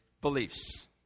beliefs